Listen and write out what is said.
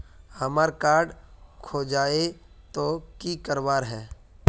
हमार कार्ड खोजेई तो की करवार है?